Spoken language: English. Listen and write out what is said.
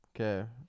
Okay